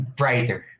brighter